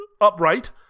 upright